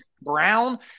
brown